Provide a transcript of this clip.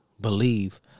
believe